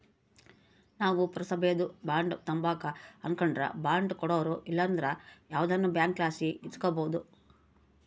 ನಾವು ಪುರಸಬೇದು ಬಾಂಡ್ ತಾಂಬಕು ಅನಕಂಡ್ರ ಬಾಂಡ್ ಕೊಡೋರು ಇಲ್ಲಂದ್ರ ಯಾವ್ದನ ಬ್ಯಾಂಕ್ಲಾಸಿ ಇಸ್ಕಬೋದು